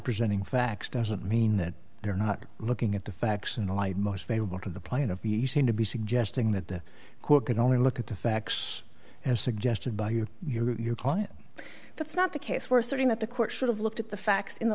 presenting facts doesn't mean that they are not looking at the facts in the light most favorable to the plaintiff you seem to be suggesting that the court can only look at the facts as suggested by you or your client that's not the case were asserting that the court should have looked at the facts in the